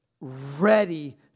ready